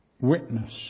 Witness